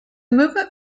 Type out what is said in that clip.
movement